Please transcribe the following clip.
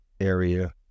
area